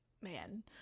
man